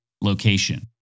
location